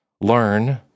learn